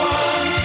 one